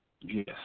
Yes